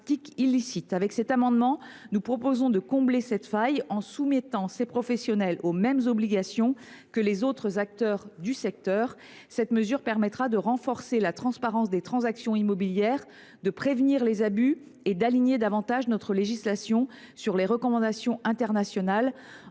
présent amendement, nous proposons de combler cette faille en soumettant lesdits professionnels aux mêmes obligations que les autres acteurs du secteur. Cette mesure permettra de renforcer la transparence des transactions immobilières, de prévenir les abus et de mieux aligner notre législation sur les recommandations internationales